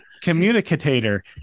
communicator